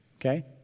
okay